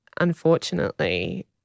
unfortunately